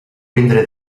vindré